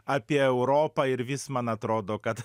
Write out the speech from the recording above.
apie europą ir vis man atrodo kad